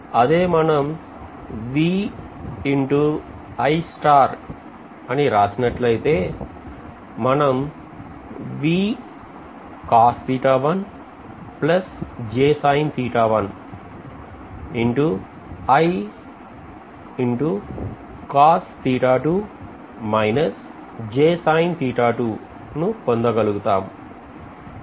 అదే మనం అని రాసినట్లయితే మనం ను పొందగలుగుతాం